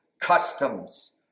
customs